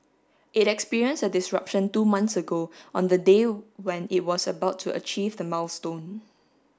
it experienced a disruption two months ago on the day when it was about to achieve the milestone